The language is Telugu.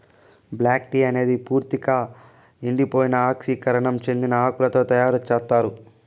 బ్లాక్ టీ అనేది పూర్తిక ఎండిపోయి ఆక్సీకరణం చెందిన ఆకులతో తయారు చేత్తారు